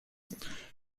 but